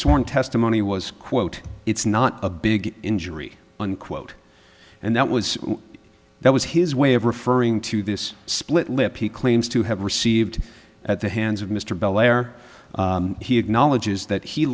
sworn testimony was quote it's not a big injury unquote and that was that was his way of referring to this split lip he claims to have received at the hands of mr bell air he acknowledges that he